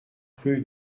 rue